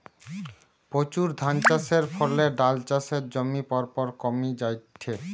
প্রচুর ধানচাষের ফলে ডাল চাষের জমি পরপর কমি জায়ঠে